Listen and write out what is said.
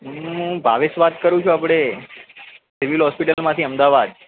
હું ભાવેશ વાત કરું છું આપણે સિવિલ હોસ્પિટલમાંથી અમદાવાદ